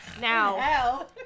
Now